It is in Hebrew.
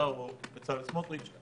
אתה או בצלאל סמוטריץ',